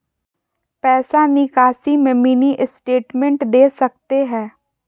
पैसा निकासी में मिनी स्टेटमेंट दे सकते हैं?